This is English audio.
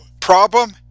problem